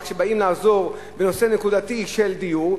כשבאים לעזור בנושא נקודתי של דיור,